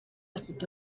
ufite